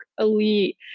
elite